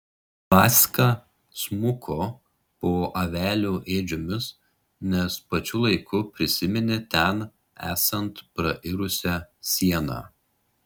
vaska smuko po avelių ėdžiomis nes pačiu laiku prisiminė ten esant prairusią sieną